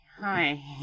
Hi